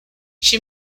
she